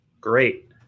Great